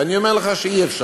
ואני אומר לך שאי-אפשר.